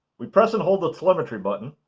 we press and hold the telemetry button